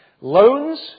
loans